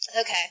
Okay